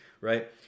right